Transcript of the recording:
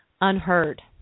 unheard